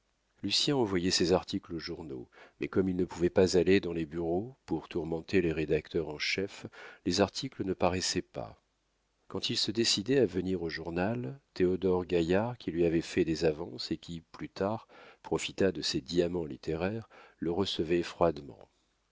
lucien envoyait ses articles aux journaux mais comme il ne pouvait pas aller dans les bureaux pour tourmenter les rédacteurs en chef les articles ne paraissaient pas quand il se décidait à venir au journal théodore gaillard qui lui avait fait des avances et qui plus tard profita de ces diamants littéraires le recevait froidement